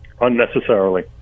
unnecessarily